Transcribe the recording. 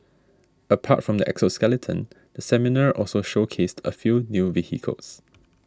apart from the exoskeleton the seminar also showcased a few new vehicles